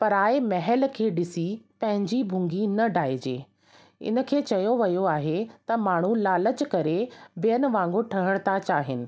पराए महल खे ॾिसी पंहिंजी भुंगी न डाहिजे इन खे चयो वियो आहे त माण्हू लालच करे ॿियनि वांगुर ठहण था चाहिनि